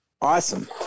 Awesome